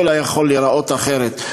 הכול היה יכול להיראות אחרת.